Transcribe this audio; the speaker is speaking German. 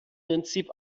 prinzip